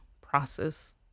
process